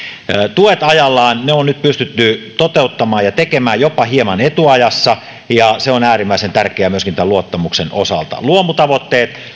tuet ajallaan ne on nyt pystytty toteuttamaan ja tekemään jopa hieman etuajassa ja se on äärimmäisen tärkeää myöskin luottamuksen osalta luomutavoitteet